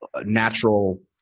natural